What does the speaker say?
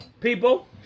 People